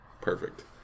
perfect